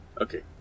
Okay